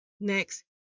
next